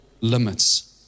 limits